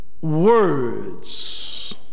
words